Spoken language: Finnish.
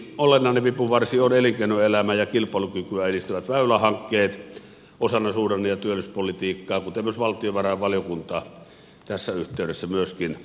yksi olennainen vipuvarsi on elinkeinoelämää ja kilpailukykyä edistävät väylähankkeet osana suhdanne ja työllisyyspolitiikkaa kuten valtiovarainvaliokunta tässä yhteydessä myöskin kiirehtii